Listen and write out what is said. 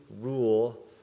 rule